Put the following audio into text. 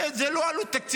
זה הרי ללא עלות תקציבית.